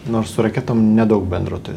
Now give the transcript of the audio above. nors su raketom nedaug bendro turit